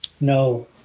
No